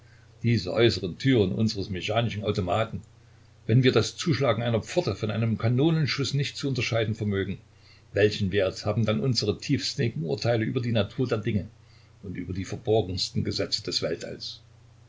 diese äußeren türen unseres mechanischen automaten wenn wir das zuschlagen einer pforte von einem kanonenschuß nicht zu unterscheiden vermögen welchen wert haben dann unsere tiefsinnigen urteile über die natur der dinge und über die verborgensten gesetze des weltalls